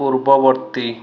ପୂର୍ବବର୍ତ୍ତୀ